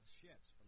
ships